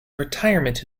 retirement